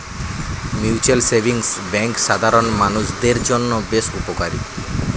mutual savings bank সাধারণ মানুষদের জন্য বেশ উপকারী